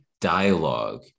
dialogue